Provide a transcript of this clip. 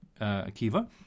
Akiva